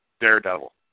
Daredevil